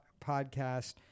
Podcast